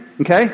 Okay